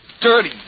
dirty